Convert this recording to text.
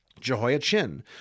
Jehoiachin